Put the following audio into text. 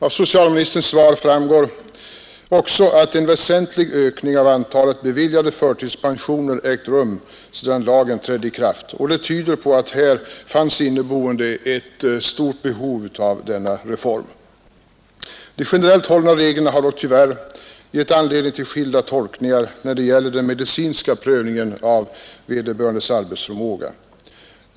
Av socialministerns svar framgår också att en väsentlig ökning av antalet beviljade förtidspensioner ägt rum sedan lagen trädde i kraft, och det tyder på att det här fanns ett stort inneboende behov av denna reform. De generellt hållna reglerna har tyvärr gett anledning till skilda tolkningar när det gäller den medicinska prövningen av vederbörandes arbetsförmåga.